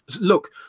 Look